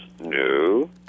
No